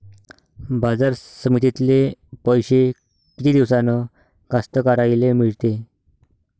बाजार समितीतले पैशे किती दिवसानं कास्तकाराइले मिळते?